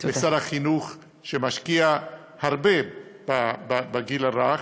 לשר החינוך, שמשקיע הרבה בגיל הרך,